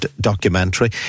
documentary